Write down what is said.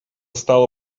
стало